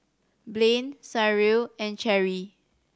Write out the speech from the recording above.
Blane Cyril and Cherry